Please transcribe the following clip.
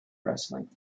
wrestling